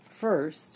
First